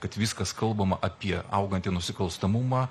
kad viskas kalbama apie augantį nusikalstamumą